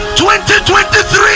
2023